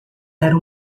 era